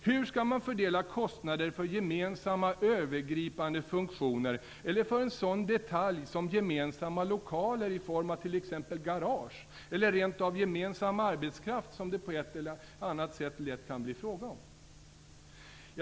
Hur skall man fördela kostnader för gemensamma övergripande funktioner, för en sådan detalj som gemensamma lokaler i form av t.ex. garage eller rent av för gemensam arbetskraft som det på ett eller annat sätt kan bli fråga om?